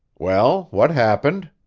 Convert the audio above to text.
well, what happened?